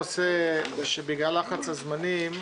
הנושא שבגלל לחץ הזמנים,